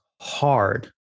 hard